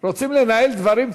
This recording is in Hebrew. רוצים לנהל דברים?